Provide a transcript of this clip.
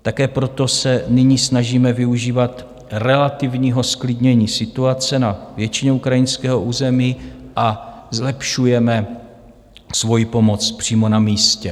Také proto se nyní snažíme využívat relativního zklidnění situace na většině ukrajinského území a zlepšujeme svoji pomoc přímo na místě.